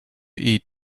eat